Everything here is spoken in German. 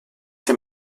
dem